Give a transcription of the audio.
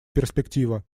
перспектива